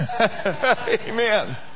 Amen